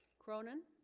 cronin